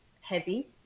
heavy